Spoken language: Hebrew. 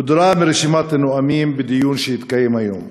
הודרה מרשימת הנואמים בדיון שיתקיים היום.